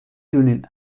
دونین